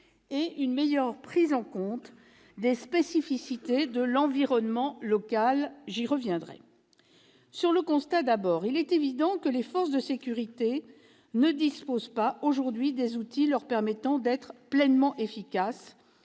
une meilleure prise en compte des spécificités de l'environnement local. J'y reviendrai. Sur le constat, d'abord. Il est évident que les forces de sécurité ne disposent pas, aujourd'hui, des outils leur permettant d'être pleinement efficaces